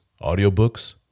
audiobooks